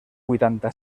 vuitanta